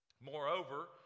moreover